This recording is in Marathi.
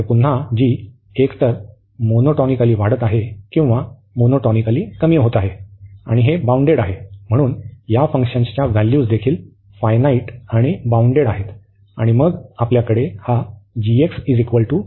तर पुन्हा g एकतर मोनोटॉनिकली वाढत आहे किंवा मोनोटॉनिकली कमी होत आहे आणि बाउंडेड आहे म्हणून या फंक्शन्सच्या व्हॅल्यूज देखील फायनाईट व बाउंडेड आहेत आणि मग आपल्याकडे हा g 0 आहे